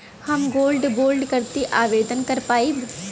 हम gold bond करती आवेदन कर पाईब?